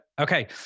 okay